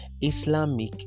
Islamic